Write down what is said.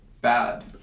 bad